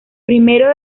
primero